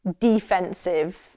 defensive